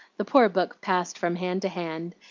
the poor book passed from hand to hand,